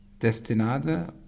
destinada